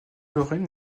lorraine